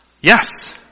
Yes